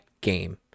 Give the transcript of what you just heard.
game